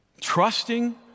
trusting